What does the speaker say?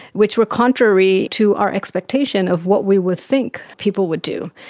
which were contrary to our expectation of what we would think people would do.